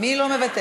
מי לא מוותר?